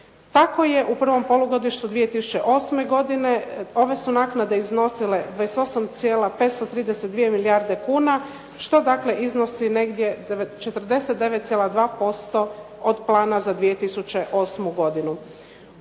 Tako je u prvom polugodištu 2008. godine, ove su naknade iznosile 28,532 milijarde kuna što dakle iznosi negdje 49,2% od plana za 2008. godinu.